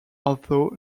although